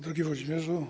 Drogi Włodzimierzu!